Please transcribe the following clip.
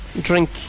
Drink